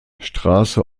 straße